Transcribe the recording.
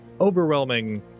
overwhelming